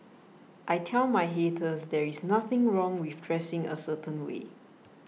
I tell my haters there is nothing wrong with dressing a certain way